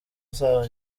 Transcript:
zabo